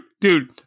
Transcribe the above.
dude